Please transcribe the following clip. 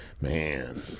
Man